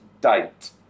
date